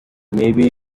maybe